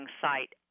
site